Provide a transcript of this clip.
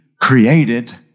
created